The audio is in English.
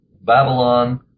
Babylon